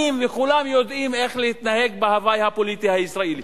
וכולם יודעים איך להתנהג בהווי הפוליטי הישראלי.